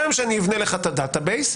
גם שאני אבנה לך את הדאטה בייס,